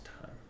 time